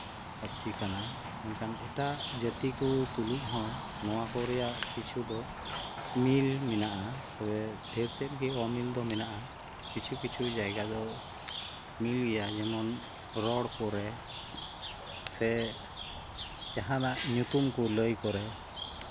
ᱯᱟᱹᱨᱥᱤ ᱠᱟᱱᱟ ᱢᱮᱱᱠᱷᱟᱱ ᱮᱴᱟᱜ ᱡᱟᱹᱛᱤ ᱠᱚ ᱛᱩᱥᱩᱡ ᱦᱚᱸ ᱱᱚᱣᱟ ᱠᱚ ᱨᱮᱭᱟᱜ ᱠᱤᱪᱷᱩ ᱫᱚ ᱢᱤᱞ ᱢᱮᱱᱟᱜᱼᱟ ᱥᱮ ᱰᱷᱮᱨᱛᱮᱫ ᱜᱮ ᱚᱢᱤᱞ ᱫᱚ ᱢᱮᱱᱟᱜᱼᱟ ᱠᱤᱪᱷᱩᱼᱠᱤᱪᱷᱩ ᱡᱟᱭᱜᱟ ᱫᱚ ᱢᱤᱞ ᱜᱮᱭᱟ ᱡᱮᱢᱚᱱ ᱚᱞ ᱨᱚᱲ ᱠᱚᱨᱮ ᱥᱮ ᱡᱟᱦᱟᱱᱟᱜ ᱧᱩᱛᱩᱢ ᱠᱚ ᱞᱟᱹᱭ ᱠᱚᱨᱮ